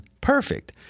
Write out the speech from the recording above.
perfect